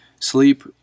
Sleep